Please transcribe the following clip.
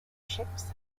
ships